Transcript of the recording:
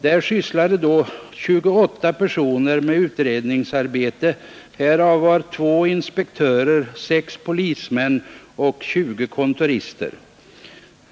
Där sysslade då 28 personer med utredningsarbete; härav var 2 inspektörer, 6 polismän och 20 kontorister.